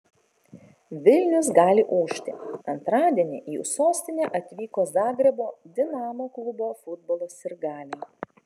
vilnius gali ūžti antradienį į sostinę atvyko zagrebo dinamo klubo futbolo sirgaliai